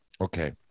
Okay